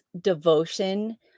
devotion